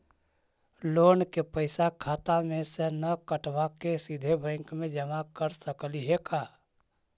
Loan के पैसा खाता मे से न कटवा के सिधे बैंक में जमा कर सकली हे का?